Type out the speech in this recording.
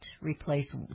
replace